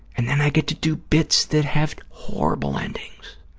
and then i get to do bits that have horrible endings,